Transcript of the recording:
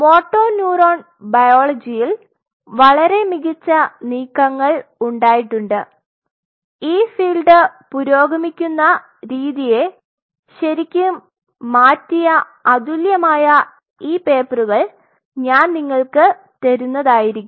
motor neuron ബയോളജിയിൽ വളരെ മികച്ച നീക്കങ്ങൾ ഉണ്ടായിട്ടുണ്ട് ഈ ഫീൽഡ് പുരോഗമിക്കുന്ന രീതിയെ ശരിക്കും മാറ്റിയ അതുല്യമായ ഈ പേപ്പറുകൾ ഞാൻ നിങ്ങൾക്ക് തരുന്നതാരികും